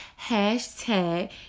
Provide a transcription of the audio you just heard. Hashtag